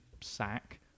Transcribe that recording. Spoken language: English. sack